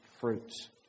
fruits